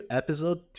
episode